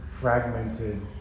fragmented